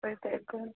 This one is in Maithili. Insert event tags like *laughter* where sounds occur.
*unintelligible*